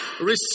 Receive